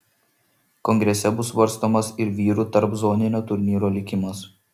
kongrese bus svarstomas ir vyrų tarpzoninio turnyro likimas